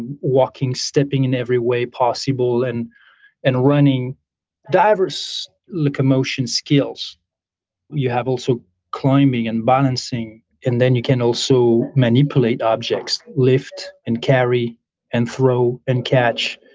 walking, stepping in every way possible and and running diverse locomotion skills you have also climbing and balancing and then you can also manipulate objects, lift and carry and throw and catch.